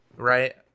Right